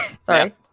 Sorry